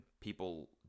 people